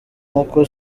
nkuko